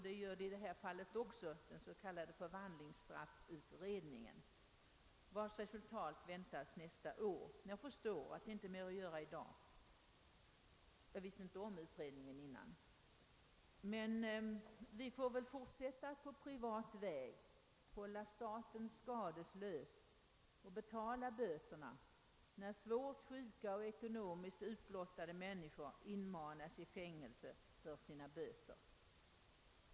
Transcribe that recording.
Det gör så i detta fall också, den s.k. förvandlingsstraffutredningen, som väntas lägga fram sitt betänkande nästa år. Jag förstår därför att det inte är mycket att göra för dagen. Jag visste inte tidigare om denna utredning. Men vi får väl på privat väg fortsätta att hålla staten skadeslös och betala böterna, när svårt sjuka och ekonomiskt utblottade människor inmanas i fängelse för sina böter.